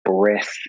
breath